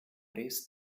res